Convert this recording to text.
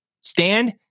stand